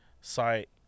site